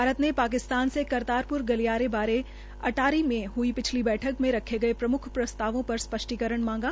भारत ने पाकिस्तान से करतारपुर गलियारे बारे अटारी में हुई पिछली बैठक में रखे गए प्रमुख प्रस्तावों पर स्पष्टीकरण मांगा